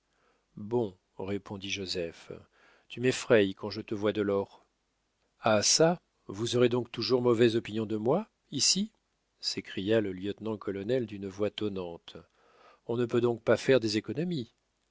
non répondit joseph tu m'effraies quand je te vois de l'or ah çà vous aurez donc toujours mauvaise opinion de moi ici s'écria le lieutenant-colonel d'une voix tonnante on ne peut donc pas faire des économies